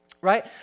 right